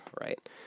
right